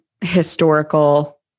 historical